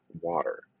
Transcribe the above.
water